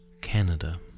canada